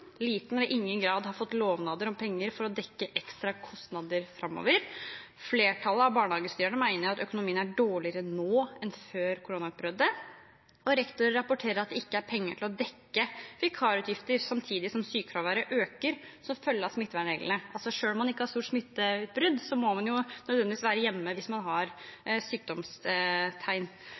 liten, liten eller ingen grad har fått lovnader om penger for å dekke ekstra kostnader framover. Flertallet av barnehagestyrerne mener at økonomien er dårligere nå enn før koronautbruddet, og rektorer rapporterer om at de ikke har penger til å dekke vikarutgifter, samtidig som sykefraværet øker som følge av smittevernreglene, for selv om det ikke er smitteutbrudd, må man nødvendigvis være hjemme hvis man har sykdomstegn.